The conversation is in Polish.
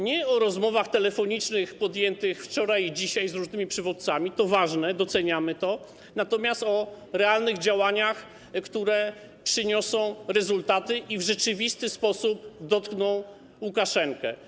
Nie o rozmowach telefonicznych podjętych wczoraj i dzisiaj z różnymi przywódcami - to ważne, doceniamy to - ale o realnych działaniach, które przyniosą rezultaty i w rzeczywisty sposób dotkną Łukaszenkę.